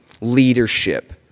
leadership